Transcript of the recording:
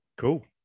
cool